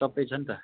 सबै छ नि त